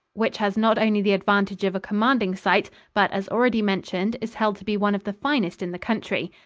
which has not only the advantage of a commanding site but, as already mentioned, is held to be one of the finest in the country.